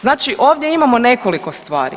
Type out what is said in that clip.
Znači ovdje imamo nekoliko stvari.